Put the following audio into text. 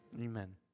Amen